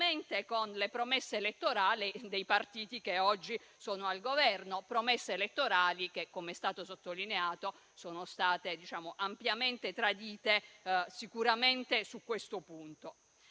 con le promesse elettorali dei partiti che oggi sono al Governo; promesse elettorali che, come è stato sottolineato, sono state ampiamente tradite, sicuramente su questo punto.